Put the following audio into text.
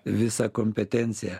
visą kompetenciją